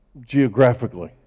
geographically